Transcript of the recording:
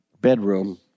bedroom